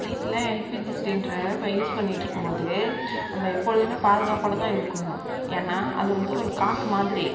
வீட்டில் எல்பிஜி சிலிண்டரை இப்போ யூஸ் பண்ணிட்டிருக்கும்போது நம்ம எப்பொழுதுமே பாதுகாப்போடு தான் இருக்கணும் ஏன்னால் அது வந்து ஒரு காற்று மாதிரி